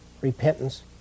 repentance